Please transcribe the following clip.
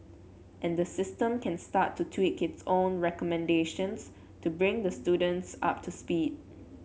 and the system can start to tweak its own recommendations to bring the students up to speed